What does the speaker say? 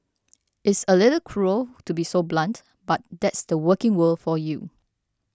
it's a little cruel to be so blunt but that's the working world for you